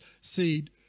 seed